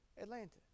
Atlanta